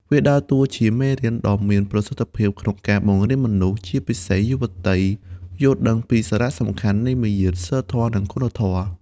វាដើរតួជាមេរៀនដ៏មានប្រសិទ្ធភាពក្នុងការបង្រៀនមនុស្ស ជាពិសេសយុវតី យល់ដឹងពីសារៈសំខាន់នៃមារយាទ សីលធម៌ និងគុណធម៌។